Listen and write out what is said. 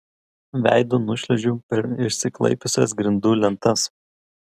veidu nušliuožiu per išsiklaipiusias grindų lentas